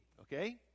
Okay